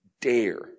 dare